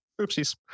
oopsies